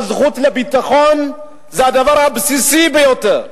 היושב-ראש, הזכות לביטחון זה הדבר הבסיסי ביותר.